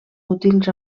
útils